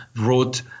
wrote